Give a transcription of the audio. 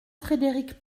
frédéric